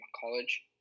college